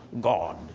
God